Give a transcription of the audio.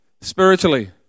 spiritually